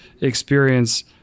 experience